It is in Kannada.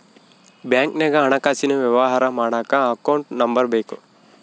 ಬ್ಯಾಂಕ್ನಾಗ ಹಣಕಾಸಿನ ವ್ಯವಹಾರ ಮಾಡಕ ಅಕೌಂಟ್ ನಂಬರ್ ಬೇಕು